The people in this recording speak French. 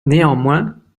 néanmoins